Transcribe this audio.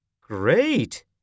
Great